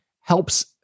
helps